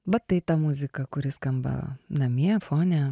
vat tai ta muzika kuri skamba namie fone